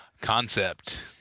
Concept